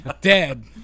dead